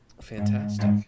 Fantastic